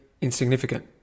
insignificant